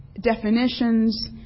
definitions